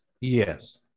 Yes